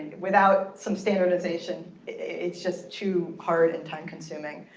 without some standardization, it's just too hard and time consuming.